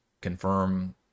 confirm